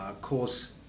cause